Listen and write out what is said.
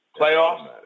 Playoffs